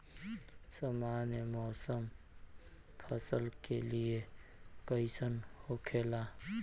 सामान्य मौसम फसल के लिए कईसन होखेला?